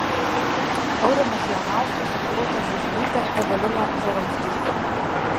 aurimas jonauskas rūta žiužnytė evelina žaromskytė